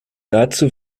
dazu